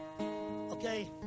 Okay